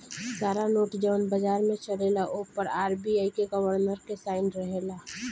सारा नोट जवन बाजार में चलेला ओ पर आर.बी.आई के गवर्नर के साइन रहेला